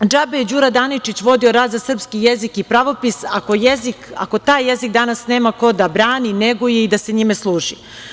Džabe je Đura Daničić vodio rat za srpski jezik i pravopis, ako taj jezik danas nema ko da brani, neguje i da se njime služi.